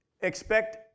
expect